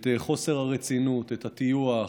את חוסר הרצינות, את הטיוח,